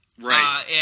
right